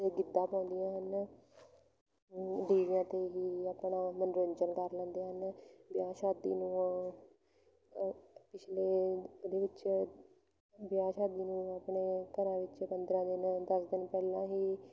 ਅਤੇ ਗਿੱਧਾ ਪਾਉਂਦੀਆਂ ਹਨ ਡੀਜਿਆਂ 'ਤੇ ਹੀ ਆਪਣਾ ਮਨੋਰੰਜਨ ਕਰ ਲੈਂਦੇ ਹਨ ਵਿਆਹ ਸ਼ਾਦੀ ਨੂੰ ਉਹ ਪਿਛਲੇ ਉਹਦੇ ਵਿੱਚ ਵਿਆਹ ਸ਼ਾਦੀ ਨੂੰ ਉਹ ਆਪਣੇ ਘਰਾਂ ਵਿੱਚ ਪੰਦਰਾਂ ਦਿਨ ਦਸ ਦਿਨ ਪਹਿਲਾਂ ਹੀ